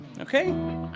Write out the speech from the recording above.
okay